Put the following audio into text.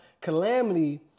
calamity